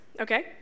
okay